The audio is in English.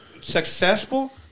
successful